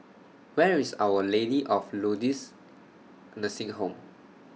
Where IS Our Lady of Lourdes Nursing Home